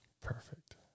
Perfect